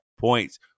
points